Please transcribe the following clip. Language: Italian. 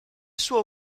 suo